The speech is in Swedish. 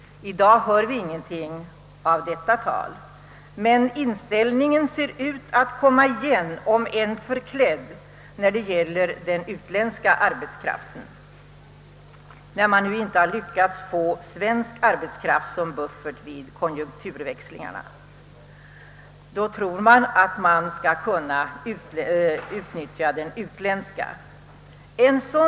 I dag förs inte längre detta tal. Men inställningen ser ut att komma igen, om än förklädd, i fråga om den utländska arbetskraften: när man nu inte lyckats få svensk arbetskraft som buffert vid konjunkturväxlingarna, tror man att man skall kunna utnyttja utländsk arbetskraft.